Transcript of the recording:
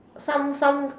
some some